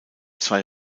zwei